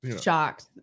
shocked